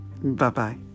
Bye-bye